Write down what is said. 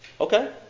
Okay